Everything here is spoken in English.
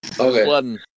Okay